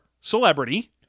Celebrity